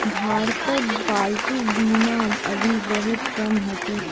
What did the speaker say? भारतत पालतू बीमा अभी बहुत कम ह छेक